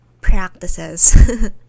practices